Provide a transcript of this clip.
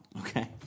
Okay